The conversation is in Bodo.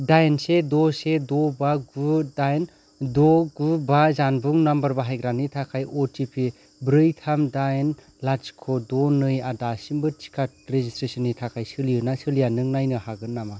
दाइन से द' से द' बा गु दाइन द' गु बा जानबुं नम्बर बाहायग्रानि थाखाय अटिपि ब्रै थाम दाइन लाथिख' द' नै आ दासिमबो टिका रेजिस्ट्रेशननि थाखाय सोलियो ना सोलिया नों नायनो हागोन नामा